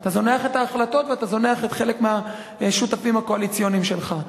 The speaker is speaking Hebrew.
אתה זונח את ההחלטות ואתה זונח חלק מהשותפים הקואליציוניים שלך.